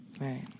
Right